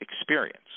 experience